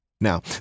Now